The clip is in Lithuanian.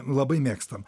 labai mėgstam